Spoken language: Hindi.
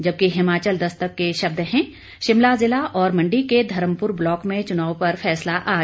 जबकि हिमाचल दस्तक के शब्द हैं शिमला जिला और मंडी के धर्मपुर ब्लॉक में चुनाव पर फैसला आज